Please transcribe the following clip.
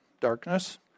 darkness